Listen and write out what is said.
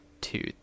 two